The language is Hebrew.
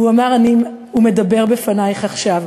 והוא אמר: הוא מדבר בפנייך עכשיו.